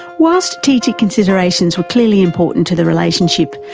while strategic considerations were clearly important to the relationship,